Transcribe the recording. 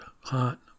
hot